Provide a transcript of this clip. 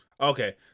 Okay